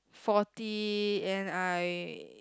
forty and I